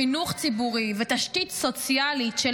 חינוך ציבורי ותשתית סוציאלית של